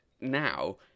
now